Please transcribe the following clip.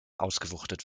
ausgewuchtet